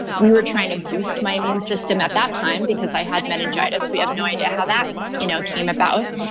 we were trying to boost my immune system at that time because i had meningitis. we have no idea how that you know came about.